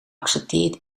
accepteert